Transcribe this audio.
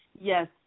Yes